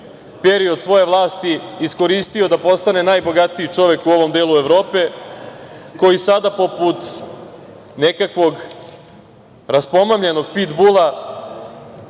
period svoje vlasti iskoristio da postane najbogatiji čovek u ovom delu Evrope, koji sada poput nekakvog raspomamljenog pit bula